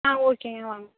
ஆ ஓகேங்க வாங்க